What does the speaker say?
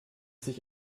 sich